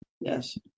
Yes